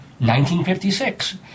1956